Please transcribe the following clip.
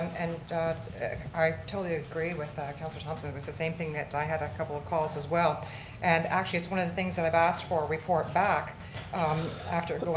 and i totally agree with counselor thompson. it was the same thing that i had a couple of calls as well and actually it's one of the things that i've asked for a report back um after